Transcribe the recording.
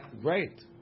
Great